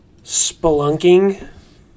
spelunking